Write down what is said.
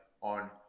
on